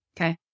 Okay